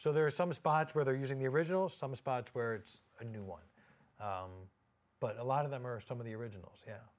so there are some spots where they're using the original some spots where it's a new one but a lot of them are some of the originals